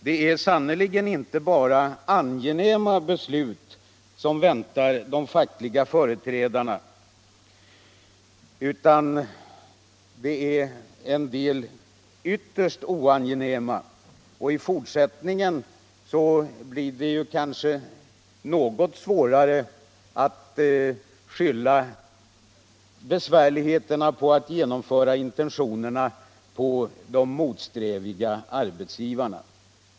Det är sannerligen inte bara angenäma beslut som väntar de fackliga företrädarna i framtiden, utan även en del ytterst oangenäma. I fortsättningen blir det kanske dessutom något svårare att skylla besvärligheterna på de motsträviga arbetsgivarna.